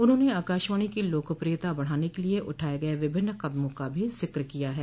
उन्होंन आकाशवाणी की लोकप्रियता बढ़ाने के लिए उठाये गये विभिन्न कदमों का भी जिक्र किया है